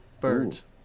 Birds